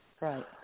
Right